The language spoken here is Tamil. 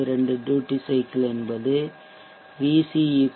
72 ட்யூட்டி சைக்கிள் என்பது VC 0